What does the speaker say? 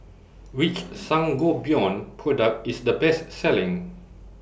Which Sangobion Product IS The Best Selling